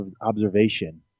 observation